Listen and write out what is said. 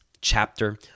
chapter